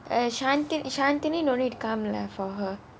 uh shanthini shanthini no need to come lah for her